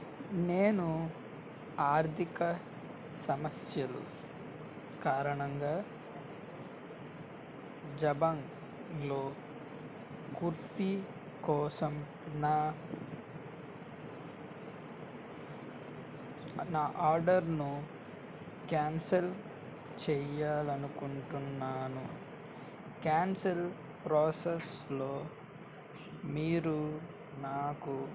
నేను ఆర్ధిక సమస్యలు కారణంగా జబాంగ్లో కుర్తీ కోసం నా నా ఆర్డర్ను కాన్సిల్ చేయాలి అనుకుంటున్నాను కాన్సిల్ ప్రాసెస్లో మీరు నాకు